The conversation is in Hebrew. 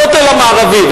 הכותל המערבי,